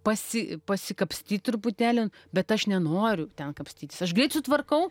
pasi pasikapstyt truputėlį bet aš nenoriu ten kapstytis aš greit sutvarkau